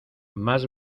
más